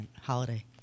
Holiday